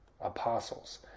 Apostles